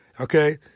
okay